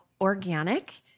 organic